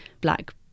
black